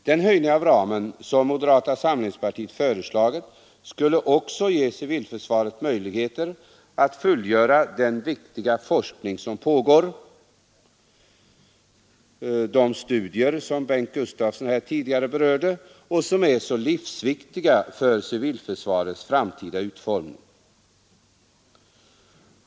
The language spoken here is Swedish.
Den höjning av ramen som moderata samlingspartiet föreslagit skulle vidare ge civilförsvaret möjligheter att fullfölja den viktiga forskning som pågår, dvs. de studier som Bengt Gustavsson tidigare berörde och som är livsviktiga för civilförsvarets framtida utformning.